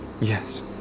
Yes